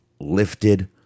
Lifted